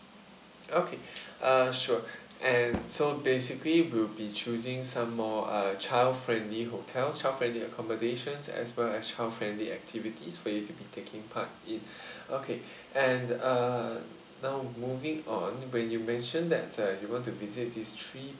okay uh sure and so basically we'll be choosing some more uh child friendly hotel child friendly accommodations as well as child friendly activities for you to be taking part in okay and uh now moving on when you mentioned that uh you want to visit these three